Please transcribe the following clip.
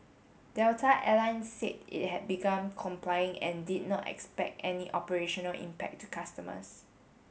Delta Air Lines said it had begun complying and did not expect any operational impact to customers